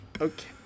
Okay